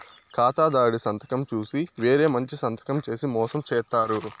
ఖాతాదారుడి సంతకం చూసి వేరే మంచి సంతకం చేసి మోసం చేత్తారు